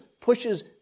pushes